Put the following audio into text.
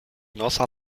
nosa